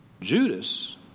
Judas